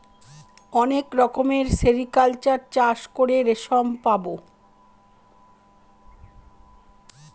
অনেক রকমের সেরিকালচার চাষ করে রেশম পাবো